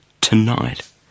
tonight